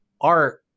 art